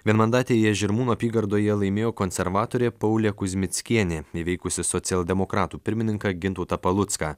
vienmandatėje žirmūnų apygardoje laimėjo konservatorė paulė kuzmickienė įveikusi socialdemokratų pirmininką gintautą palucką